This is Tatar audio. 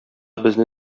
безне